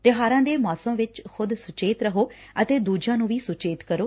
ਤਿਉਹਾਰਾ ਦੇ ਮੌਸਮ ਵਿਚ ਖੁਦ ਸੁਚੇਤ ਰਹੋ ਅਤੇ ਦੁਜਿਆਂ ਨੁੰ ਵੀ ਸੁਚੇਤ ਕਰੋ